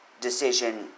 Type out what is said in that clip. decision